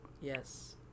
Yes